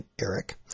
eric